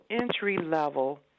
entry-level